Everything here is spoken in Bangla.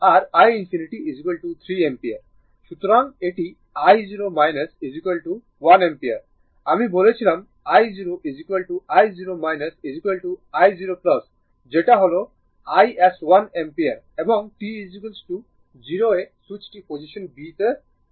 সুতরাং এটি i0 1 অ্যাম্পিয়ার আমি বলেছিলাম i0 i0 i0 যেটা হল iS1 অ্যাম্পিয়ার এবং t 0 এ সুইচটি পজিশন b তে রয়েছে